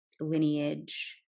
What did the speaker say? lineage